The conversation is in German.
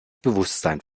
bewusstsein